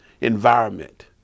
environment